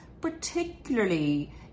particularly